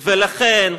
ולכן,